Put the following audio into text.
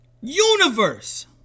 universe